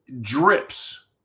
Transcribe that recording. drips